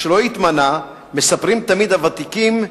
כשלא התמנה, מספרים תמיד הוותיקים,